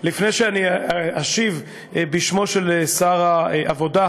לפני שאשיב בשמו של שר העבודה,